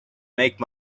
make